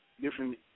different